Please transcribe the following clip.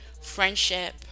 Friendship